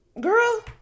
girl